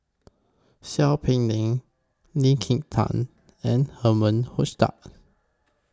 Seow Peck Leng Lee Kin Tat and Herman Hochstadt